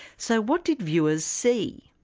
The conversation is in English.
so what did viewers see?